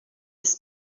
his